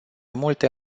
multe